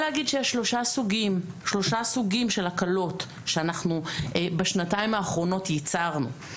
שלושה סוגים של הקלות שאנחנו בשנתיים האחרונות ייצרנו.